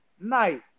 night